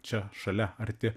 čia šalia arti